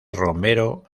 romero